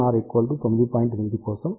8 కోసం ఇది εr 2